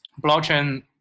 blockchain